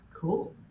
Cool